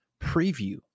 preview